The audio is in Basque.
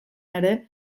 ere